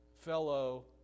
fellow